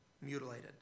mutilated